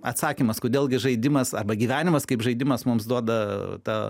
atsakymas kodėl gi žaidimas arba gyvenimas kaip žaidimas mums duoda tą